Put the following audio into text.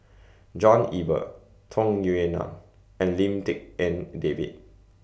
John Eber Tung Yue Nang and Lim Tik En David